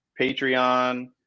Patreon